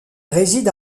réside